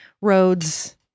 roads